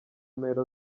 mpera